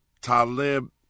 Talib